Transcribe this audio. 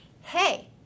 hey